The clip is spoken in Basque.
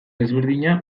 ezberdina